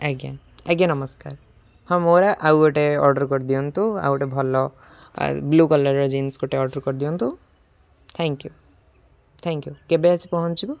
ଆଜ୍ଞା ଆଜ୍ଞା ନମସ୍କାର ହଁ ମୋର ଆଉ ଗୋଟେ ଅର୍ଡ଼ର୍ କରିଦିଅନ୍ତୁ ଆଉ ଗୋଟେ ଭଲ ବ୍ଲୁ କଲର୍ର ଜିନ୍ସ ଗୋଟେ ଅର୍ଡ଼ର୍ କରିଦିଅନ୍ତୁ ଥ୍ୟାଙ୍କ ୟୁ ଥ୍ୟାଙ୍କ ୟୁ କେବେ ଆସି ପହଞ୍ଚିବ